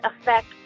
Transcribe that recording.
affect